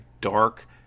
dark